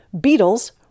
beetles